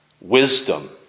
wisdom